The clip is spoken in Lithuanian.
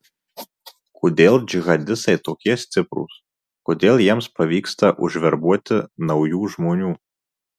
kodėl džihadistai tokie stiprūs kodėl jiems pavyksta užverbuoti naujų žmonių